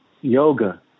yoga